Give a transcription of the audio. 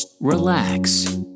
relax